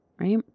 right